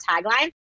tagline